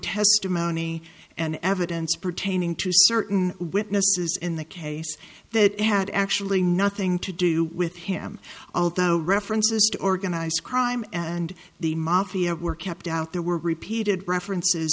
testimony and evidence pertaining to certain witnesses in the case that had actually nothing to do with him although references to organized crime and the mafia were kept out there were repeated references to